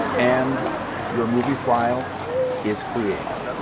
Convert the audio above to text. and your movie file is created.